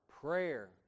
prayer